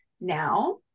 Now